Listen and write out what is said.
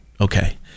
Okay